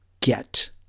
get